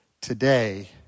today